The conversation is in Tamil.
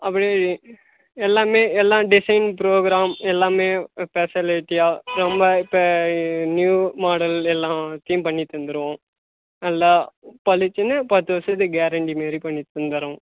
அப்படி எல்லாமே எல்லாம் டிசைன் ப்ரோக்ராம் எல்லாமே பெஷாலிட்டியாக ரொம்ப இப்போ நியூ மாடல் எல்லா ஒர்க்கையும் பண்ணித் தந்துருவோம் நல்லா பளிச்சின்னு பத்து வருஷத்துக்கு கேரண்டி மாரி பண்ணித் தந்துடுறோம்